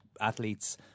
athletes